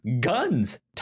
guns